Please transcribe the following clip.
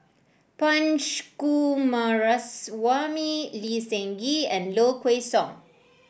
Punch Coomaraswamy Lee Seng Gee and Low Kway Song